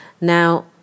Now